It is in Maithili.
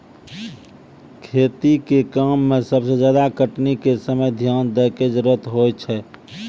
खेती के काम में सबसे ज्यादा कटनी के समय ध्यान दैय कॅ जरूरत होय छै